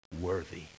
worthy